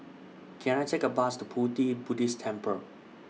Can I Take A Bus to Pu Ti Buddhist Temple